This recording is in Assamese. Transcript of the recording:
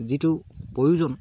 যিটো প্ৰয়োজন